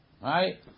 Right